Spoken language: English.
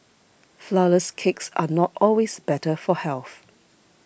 Flourless Cakes are not always better for health